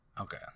Okay